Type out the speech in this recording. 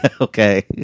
Okay